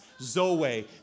Zoe